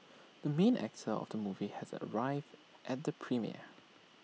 the main actor of the movie has arrived at the premiere